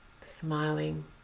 smiling